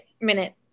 minute